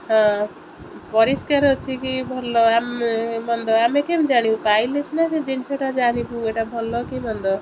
ହଁ ପରିଷ୍କାର ଅଛି କି ଭଲ ଆମେ ମନ୍ଦ ଆମେ କେମିତି ଜାଣିବୁ ପାଇଲେ ସିନା ସେ ଜିନିଷଟା ଜାଣିବୁ ଏଇଟା ଭଲ କି ମନ୍ଦ